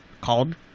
called